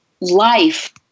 life